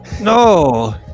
No